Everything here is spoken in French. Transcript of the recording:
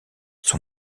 son